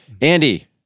Andy